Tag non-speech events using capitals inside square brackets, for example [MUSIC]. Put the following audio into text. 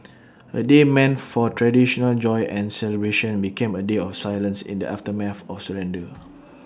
[NOISE] A day meant for traditional joy and celebration became A day of silence in the aftermath of the surrender